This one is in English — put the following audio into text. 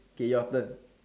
okay your turn